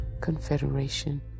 Confederation